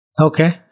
Okay